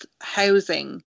housing